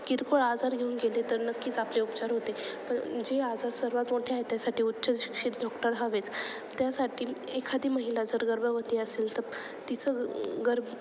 किरकोळ आजार घेऊन गेले तर नक्कीच आपले उपचार होते पण जे आजार सर्वात मोठे आहे त्यासाठी उच्चशिक्षित डॉक्टर हवेच त्यासाठी एखादी महिला जर गर्भवती असेल तर तिचं गर्भ